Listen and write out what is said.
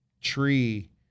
tree